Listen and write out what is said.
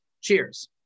Cheers